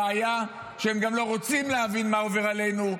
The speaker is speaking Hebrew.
הבעיה היא שהם גם לא רוצים להבין מה עובר עלינו.